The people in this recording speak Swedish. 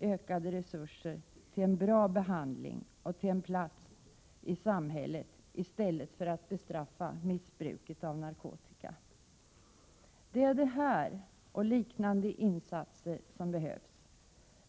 ökade resurser till en bra behandling och till en plats i samhället i stället för att bestraffa missbruket av narkotika. Det är sådana här och liknande insatser som behövs.